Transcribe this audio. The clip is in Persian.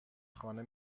خانه